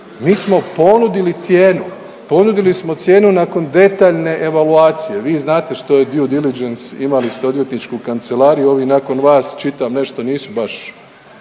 mi smo ponudili cijenu, ponudili smo cijenu nakon detaljne evaluacije, vi znate što je due diligence imali ste odvjetničku kancelariju, ovi nakon vas čitam nešto nisu baš